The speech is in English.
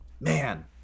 man